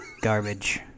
Garbage